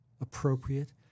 appropriate